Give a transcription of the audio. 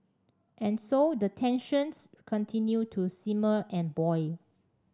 and so the tensions continue to simmer and boil